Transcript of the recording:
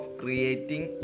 creating